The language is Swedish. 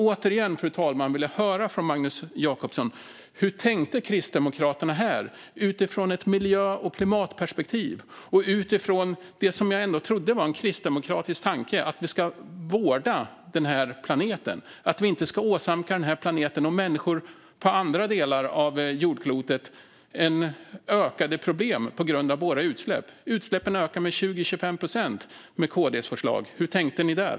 Återigen vill jag höra från Magnus Jacobsson: Hur tänkte Kristdemokraterna här, utifrån ett miljö och klimatperspektiv och utifrån det som jag ändå trodde var en kristdemokratisk tanke, nämligen att vi ska vårda den här planeten och inte åsamka den och människor på andra delar av jordklotet ökade problem genom våra utsläpp? Utsläppen ökar med 20-25 procent med KD:s förslag. Hur tänkte ni där?